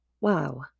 Wow